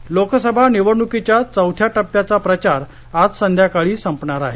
प्रचार लोकसभा निवडणुकीच्या चौथ्या टप्प्याचा प्रचार आज संध्याकाळी संपणार आहे